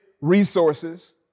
resources